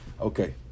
Okay